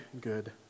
good